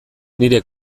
nire